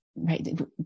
Right